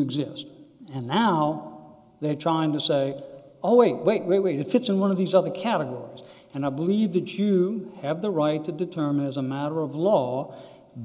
exist and now they're trying to say oh wait wait wait wait if it's in one of these other categories and i believe that you have the right to determine as a matter of law